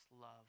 love